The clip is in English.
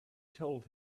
told